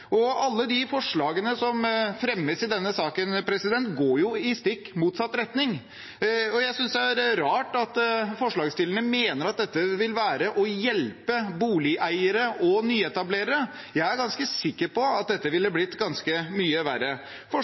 Alle de forslagene som fremmes i denne saken, går jo i stikk motsatt retning, og jeg synes det er rart at forslagsstillerne mener at dette vil være å hjelpe boligeiere og nyetablerere. Jeg er ganske sikker på at det med dette ville blitt ganske mye verre.